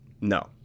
No